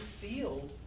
field